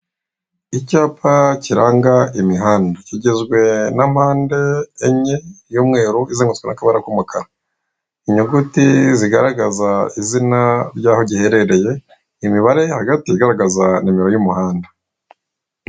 Icyapa kiranga imihanda, kigizwe na mpande enye y'umweru izengurutswe n'akabara k'umukara, inyugiti zigaragaza izina ry'aho giherereye, imibare hagati igaragaza nimero y'umuhanda.